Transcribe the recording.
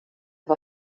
war